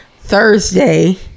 Thursday